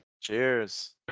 cheers